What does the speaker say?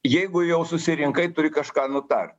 jeigu jau susirinkai turi kažką nutart